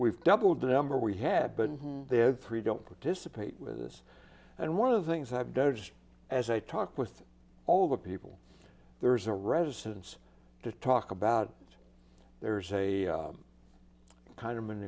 we've doubled the number we had been there three don't participate with us and one of the things i've done is as i talk with all the people there's a residence to talk about there's a kind of an